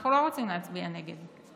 אנחנו לא רוצים להצביע נגד.